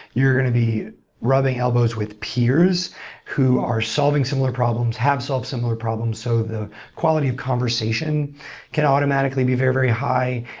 you're going to be rubbing elbows with peers who are solving similar problems, have solved similar problems, so the quality of conversation can automatically be very, very high.